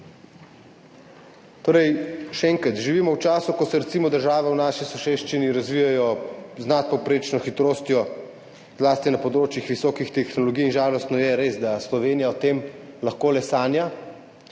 Torej še enkrat, živimo v času, ko se recimo države v naši soseščini razvijajo z nadpovprečno hitrostjo, zlasti na področjih visokih tehnologij. In žalostno je res, da Slovenija o tem lahko le sanja,